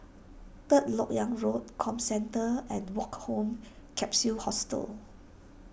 Third Lok Yang Road Comcentre and Woke Home Capsule Hostel